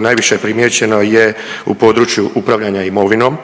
najviše primijećeno je u području upravljanja imovinom,